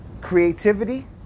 creativity